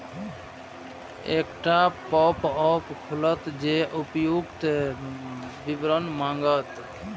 एकटा पॉपअप खुलत जे उपर्युक्त विवरण मांगत